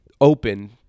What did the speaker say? open